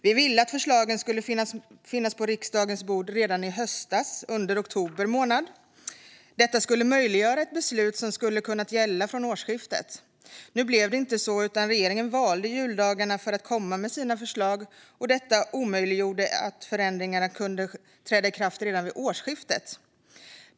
Vi ville att förslagen skulle läggas på riksdagens bord redan i höstas, under oktober månad. Det hade kunnat möjliggöra ett beslut som kunnat gälla från årsskiftet. Nu blev det inte så, utan regeringen valde juldagarna för att komma med sina förslag. Det omöjliggjorde att förändringarna kunde träda i kraft redan vid årsskiftet.